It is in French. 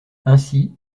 ainsi